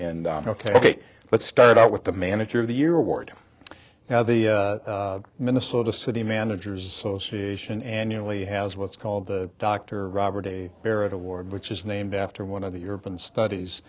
and ok let's start out with the manager of the year award now the minnesota city managers association annually has what's called the dr robert a beret award which is named after one of the urban studies